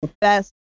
best